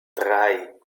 drei